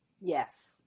Yes